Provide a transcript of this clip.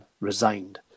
resigned